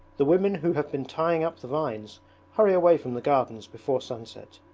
the women who have been tying up the vines hurry away from the gardens before sunset.